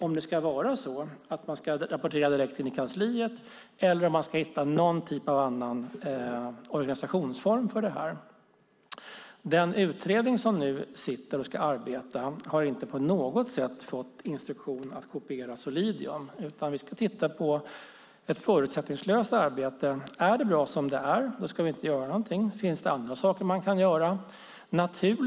Ska det vara så att man ska rapportera direkt in i kansliet, eller ska man hitta någon typ av annan organisationsform för detta? Den utredning som nu sitter och ska arbeta har inte på något sätt fått instruktion att kopiera Solidium. Vi ska titta på ett förutsättningslöst arbete. Om det är bra som det är ska vi inte göra någonting. Finns det andra saker man kan göra?